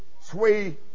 sway